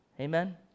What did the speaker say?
amen